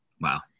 Wow